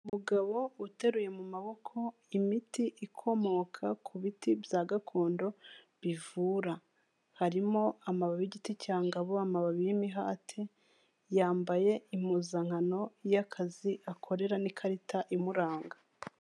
Umugabo uteruye mu maboko imiti ikomoka ku biti bya gakondo bivura. Harimo amababi y'igiti cya Ngabo, amababi y'imihati, yambaye impuzankano y'akazi akorera n'ikarita imuranga.